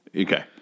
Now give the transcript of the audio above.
Okay